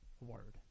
word